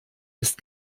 ist